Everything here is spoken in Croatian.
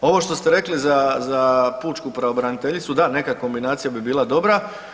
Ovo što ste rekli za pučku pravobraniteljicu, da neka kombinacija bi bila dobra.